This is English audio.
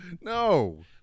No